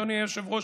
אדוני היושב-ראש,